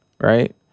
right